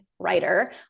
writer